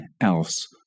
else